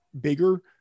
bigger